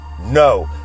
No